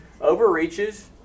overreaches